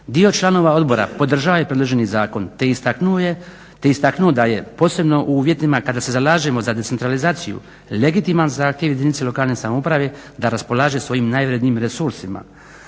Dio članova odbora podržao je predloženi zakon te istaknuo da je posebno u uvjetima kada se zalažemo za decentralizaciju legitiman zahtjev jedinice lokalne samouprave da raspolaže svojim najvrednijim resursima.